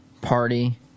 Party